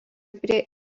prie